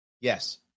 Yes